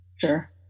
Sure